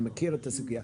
אני מכיר את הסוגייה.